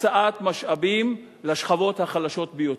הקצאת משאבים לשכבות החלשות ביותר,